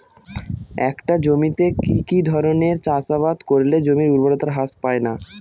একটা জমিতে কি কি ধরনের চাষাবাদ করলে জমির উর্বরতা হ্রাস পায়না?